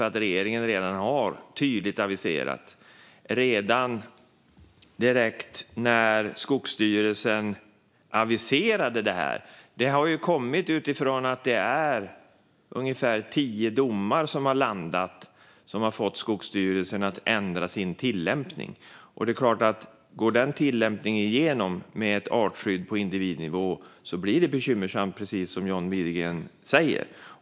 Det har landat ungefär tio domar som fått Skogsstyrelsen att ändra sin tillämpning, och det är klart att om den tillämpningen går igenom med ett artskydd på individnivå blir det bekymmersamt, precis som John Widegren säger.